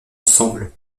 ensemble